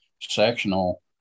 sectional